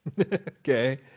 Okay